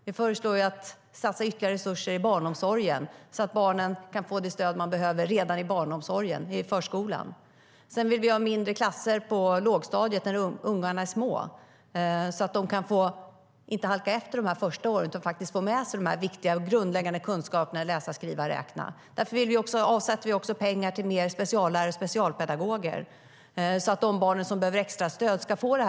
Vi föreslår ytterligare satsningar i barnomsorgen så att barnen kan få det stöd de behöver redan i förskolan. Därför avsätter vi också pengar till fler speciallärare och specialpedagoger så att de barn som behöver extra stöd ska få det.